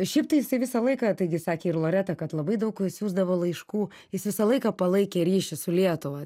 šiaip tai jisai visą laiką taigi sakė ir loreta kad labai daug siųsdavo laiškų jis visą laiką palaikė ryšį su lietuva